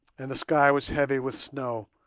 and the sky was heavy with snow,